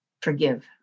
forgive